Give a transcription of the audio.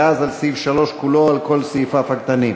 ואז על סעיף 3 על כל סעיפיו הקטנים.